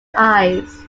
eyes